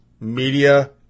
Media